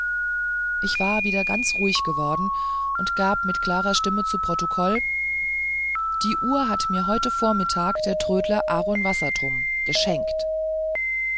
ich war wieder ganz ruhig geworden und gab mit klarer stimme zu protokoll die uhr hat mir heute vormittag der trödler aaron wassertrum geschenkt